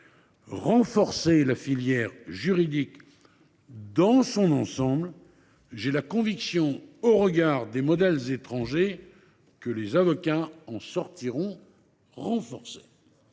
renforcer la filière juridique dans son ensemble. J’ai la conviction, au regard des modèles étrangers, que les avocats s’en trouveront renforcés.